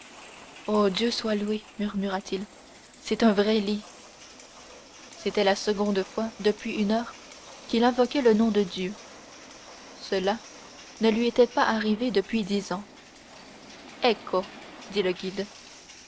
oh dieu soit loué murmura-t-il c'est un vrai lit c'était la seconde fois depuis une heure qu'il invoquait le nom de dieu cela ne lui était pas arrivé depuis dix ans ecco dit le guide